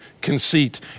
conceit